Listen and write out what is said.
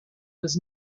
was